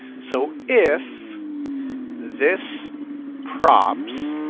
so if this props,